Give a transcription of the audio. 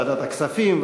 בוועדת הכספים,